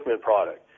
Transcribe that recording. product